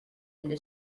into